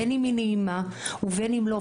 בין אם היא נעימה ובין אם לא,